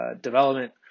development